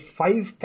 five